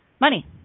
money